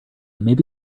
maybe